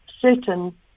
certain